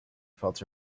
felt